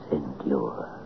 endure